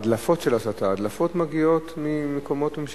זה השיטה ואני לא מתרגש ממנה,